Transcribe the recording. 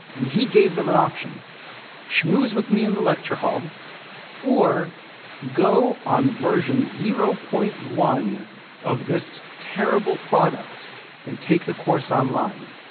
and he gave them an option schmooze with me in the lecture hall or go on version zero. one of this terrible product and take the course online.